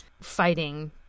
fighting